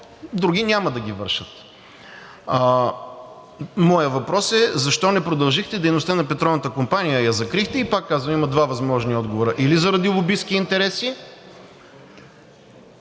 други няма да ги вършат. Моят въпрос е защо не продължихте дейността на Петролната компания, а я закрихте? Пак казвам, има две възможни отговора – или заради лобистки интереси,